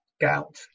gout